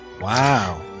Wow